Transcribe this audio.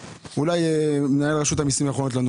שאולי מנהל רשות המסים יכול לענות לנו